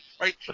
right